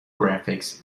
graphics